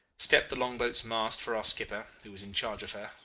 stepped the long-boat's mast for our skipper, who was in charge of her,